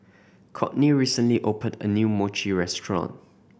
Kortney recently opened a new Mochi restaurant